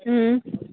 હં